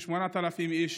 כ-8,000 איש.